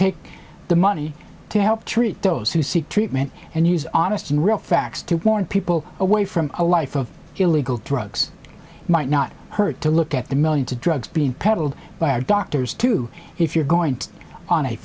take the money to help treat those who seek treatment and use honest and real facts to warn people away from a life of illegal drugs might not hurt to look at the million to drugs being peddled by our doctors too if you're going